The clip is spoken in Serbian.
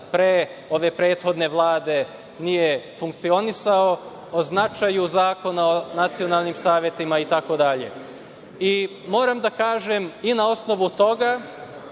pre ove prethodne Vlade nije funkcionisao, o značaju Zakona o nacionalnim savetima itd. Moram da kažem, i na osnovu toga